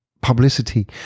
publicity